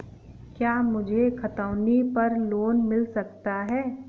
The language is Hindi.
क्या मुझे खतौनी पर लोन मिल सकता है?